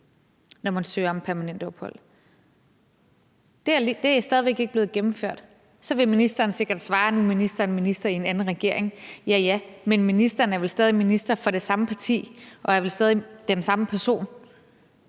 når man søger om permanent ophold. Det er stadig væk ikke blevet gennemført. Så vil ministeren sikkert svare nu, at ministeren er ministeren i en anden regering. Ja, ja, men ministeren er vel stadig minister for det samme parti og er vel stadig den samme person.